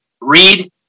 read